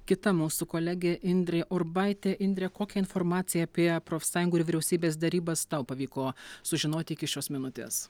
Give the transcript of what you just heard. kita mūsų kolegė indrė urbaitė indre kokią informaciją apie profsąjungų ir vyriausybės derybas tau pavyko sužinoti iki šios minutės